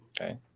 Okay